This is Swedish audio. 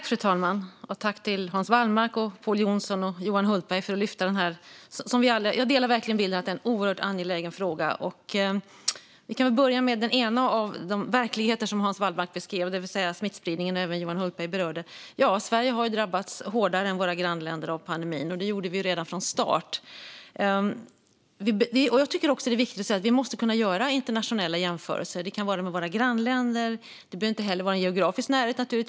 Fru talman! Tack, Hans Wallmark, Pål Jonson och Johan Hultberg, för att ni lyfter den här frågan! Jag delar verkligen bilden att den är oerhört angelägen. Vi kan väl börja med den ena av de verkligheter som Hans Wallmark beskrev och även Johan Hultberg berörde, det vill säga smittspridningen. Ja, Sverige har drabbats hårdare än våra grannländer av pandemin. Det gjorde vi redan från start. Jag tycker att det är viktigt att säga att vi måste kunna göra internationella jämförelser. Det kan vara med våra grannländer, men det behöver inte vara en geografisk närhet.